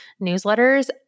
newsletters